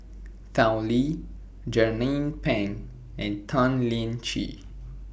Tao Li Jernnine Pang and Tan Lian Chye